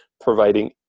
providing